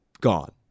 gone